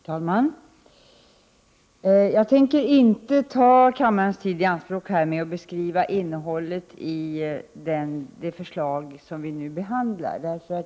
Herr talman! Jag tänker inte ta kammarens tid i anspråk för att beskriva innehållet i det förslag som vi nu behandlar.